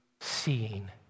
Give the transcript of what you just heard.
seeing